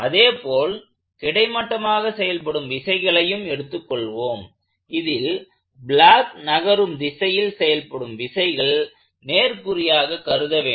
அதேபோல் கிடைமட்டமாக செயல்படும் விசைகளையும் எடுத்துக் கொள்வோம் இதில் பிளாக் நகரும் திசையில் செயல்படும் விசைகள் நேர்குறியாக கருத வேண்டும்